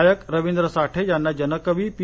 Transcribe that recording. गायक रवींद्र साठे यांना जनकवी पी